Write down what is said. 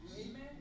Amen